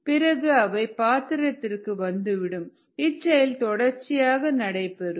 பிறகு அவை பாத்திரத்திற்கு வந்துவிடும் இச்செயல் தொடர்ச்சியாக நடைபெறும்